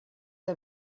que